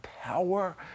power